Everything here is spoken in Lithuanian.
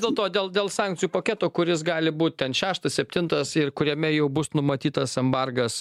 dėlto dėl dėl sankcijų paketo kuris gali būt ten šeštas septintas ir kuriame jau bus numatytas embargas